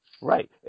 Right